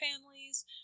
families